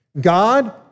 God